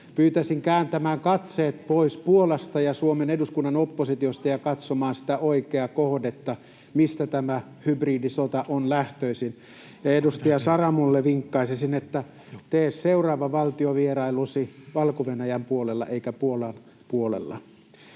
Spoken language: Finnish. Pyytäisin kääntämään katseet pois Puolasta ja Suomen eduskunnan oppositiosta ja katsomaan sitä oikeaa kohdetta, mistä tämä hybridisota on lähtöisin. Ja edustaja Saramolle vinkkaisin, että tee seuraava valtiovierailusi Valko-Venäjän puolelle eikä Puolan puolelle.